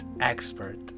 expert